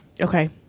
Okay